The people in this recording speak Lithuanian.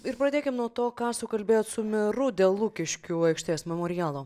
ir pradėkim nuo to ką sukalbėjot su meru dėl lukiškių aikštės memorialo